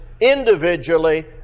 individually